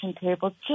table